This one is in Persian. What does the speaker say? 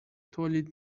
تولید